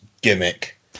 gimmick